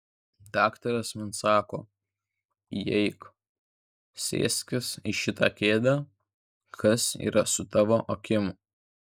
daktaras man sako įeik sėskis į šitą kėdę kas yra su tavo akim